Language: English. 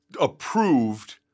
approved